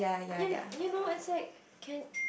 you you know it's like can